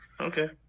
Okay